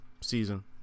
season